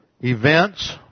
events